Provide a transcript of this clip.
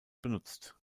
benutzt